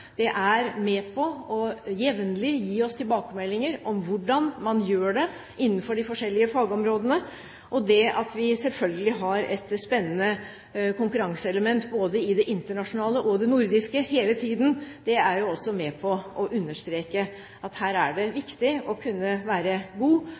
NOKUT-systemet, er med på jevnlig å gi oss tilbakemeldinger om hvordan man gjør det innenfor de forskjellige fagområdene. Det at vi selvfølgelig har et spennende konkurranseelement internasjonalt, det nordiske, hele tiden, er også med på å understreke at her er det